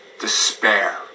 despair